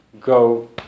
go